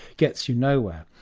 gets you nowhere.